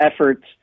efforts